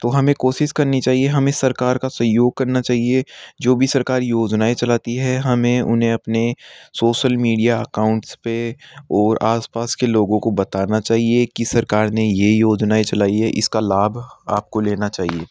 तो हमें कोशिश करनी चाहिए हमें सरकार का सहयोग करना चाहिए जो भी सरकार योजनाएँ चलाती है हमें उन्हें अपने सोसल मीडिया अकाउंट्स पर और आस पास के लोगों को बताना चाहिए कि सरकार ने ये योजनाएँ चलाई हैं इस का लाभ आप को लेना चाहिए